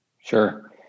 Sure